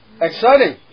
Exciting